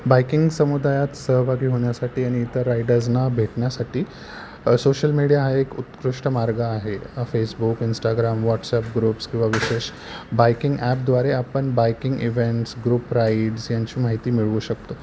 biking समुदायात सहभागी होण्यासाठी आणि इतर रायडर्सना भेटण्यासाठी सोशल मीडिया हा एक उत्कृष्ट मार्ग आहे फेसबुक इंस्टाग्राम व्हाट्सॲप ग्रुप्स किंवा विशेष बायकिंग ॲपद्वारे आपण बायकिंग इव्हेंट्स ग्रुप राइड्स यांची माहिती मिळवू शकतो